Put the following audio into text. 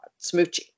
Smoochie